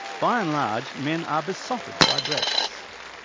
by and large men are besotted by breasts.